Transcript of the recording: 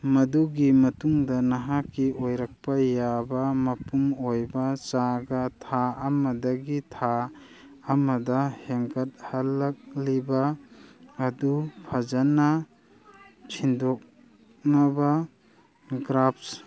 ꯃꯗꯨꯒꯤ ꯃꯇꯨꯡꯗ ꯅꯍꯥꯛꯀꯤ ꯑꯣꯏꯔꯛꯄ ꯌꯥꯕ ꯃꯄꯨꯡ ꯑꯣꯏꯕ ꯆꯥꯒ ꯊꯥ ꯑꯃꯗꯒꯤ ꯊꯥ ꯑꯃꯗ ꯍꯦꯟꯒꯠꯍꯜꯂꯛꯂꯤꯕ ꯑꯗꯨ ꯐꯖꯅ ꯁꯤꯟꯗꯣꯛꯅꯕ ꯒ꯭ꯔꯥꯐꯁ